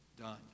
done